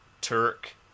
turk